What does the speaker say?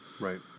Right